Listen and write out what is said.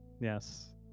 Yes